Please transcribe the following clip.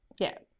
yeah,